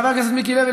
חבר הכנסת מיקי לוי,